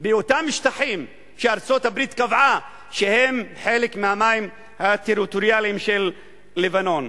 באותם שטחים שארצות-הברית קבעה שהם חלק מהמים הטריטוריאליים של לבנון.